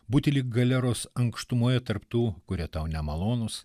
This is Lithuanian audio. butelį galeros ankštumoje tarp tų kurie tau nemalonūs